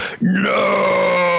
no